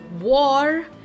war